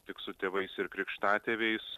tik su tėvais ir krikštatėviais